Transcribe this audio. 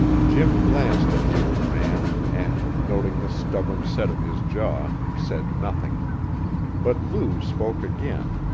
jim glanced at the old man, and, noting the stubborn set of his jaw, said nothing but lou spoke again,